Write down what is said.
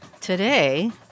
Today